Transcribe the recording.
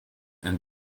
and